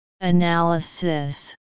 Analysis